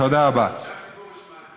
חשוב שהציבור ישמע את זה,